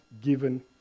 given